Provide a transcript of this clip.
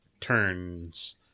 turns